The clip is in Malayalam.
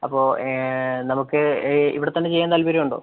അപ്പോൾ നമുക്ക് ഇവിടെ തന്നെ ചെയ്യാൻ താല്പര്യം ഉണ്ടൊ